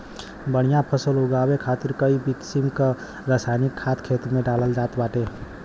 बढ़िया फसल उगावे खातिर कई किसिम क रासायनिक खाद खेते में डालल जात बाटे